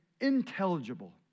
intelligible